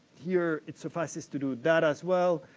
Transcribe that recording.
here it's a process to do that as well,